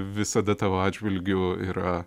visada tavo atžvilgiu yra